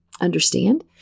understand